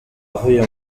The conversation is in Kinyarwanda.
avuye